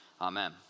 amen